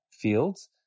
fields